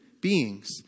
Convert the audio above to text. beings